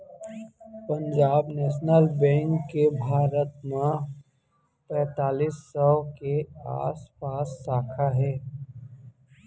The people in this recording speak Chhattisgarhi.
पंजाब नेसनल बेंक के भारत म पैतालीस सौ के आसपास साखा हे